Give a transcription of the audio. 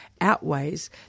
outweighs